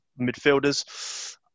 midfielders